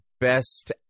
Best